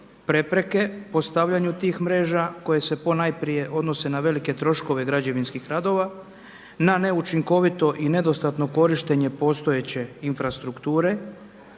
prepreke postavljanju tih mreža koje se ponajprije odnose na velike troškove građevinskih radova na neučinkoviti i nedostatno korištenje postojeće infrastrukture